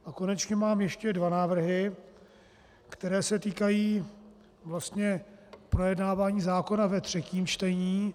A konečně mám ještě dva návrhy, které se týkají vlastně projednávání zákona ve třetím čtení.